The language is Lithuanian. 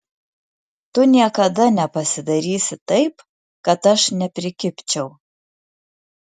tu niekada nepasidarysi taip kad aš neprikibčiau